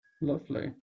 Lovely